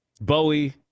Bowie